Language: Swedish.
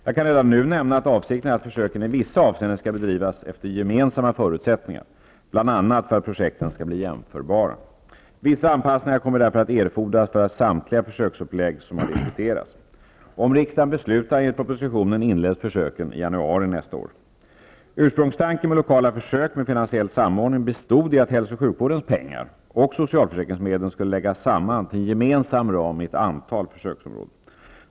Jag kan redan nu nämna att avsikten är att försöken i vissa avseenden skall bedrivas efter gemensamma förutsättningar, bl.a. för att projekten skall bli jämförbara. Vissa anpassningar kommer därför att erfordras för samtliga försöksupplägg som har diskuterats. Om riksdagen beslutar enligt propositionen inleds försöken i januari nästa år. Ursprungstanken med lokala försök med finansiell samordning bestod i att hälso och sjukvårdens pengar och socialförsäkringsmedlen skulle läggas samman till en gemensam ram i ett antal försöksområden.